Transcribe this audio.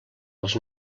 els